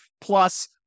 Plus